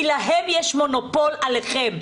כי להם יש מונופול עליכם.